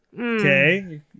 Okay